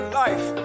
life